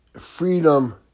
freedom